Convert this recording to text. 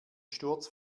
sturz